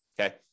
Okay